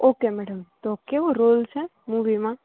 okay madam તો કેવો role છે મૂવીમાં